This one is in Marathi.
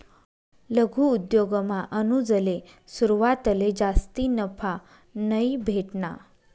लघु उद्योगमा अनुजले सुरवातले जास्ती नफा नयी भेटना